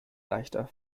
leichter